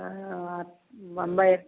धन्यवाद बम्बइ